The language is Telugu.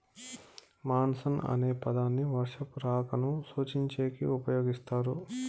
మాన్సూన్ అనే పదాన్ని వర్షపు రాకను సూచించేకి ఉపయోగిస్తారు